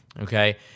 okay